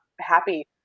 happy